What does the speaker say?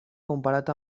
comparat